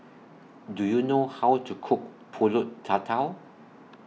Do YOU know How to Cook Pulut Tatal